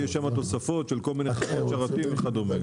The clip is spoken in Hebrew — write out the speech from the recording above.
יש שמה תוספות של כל מיני שרתים וכדומה,